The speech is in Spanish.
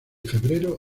febrero